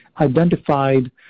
identified